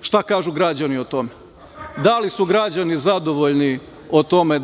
šta kažu građani o tome. Da li su građani zadovoljni o tome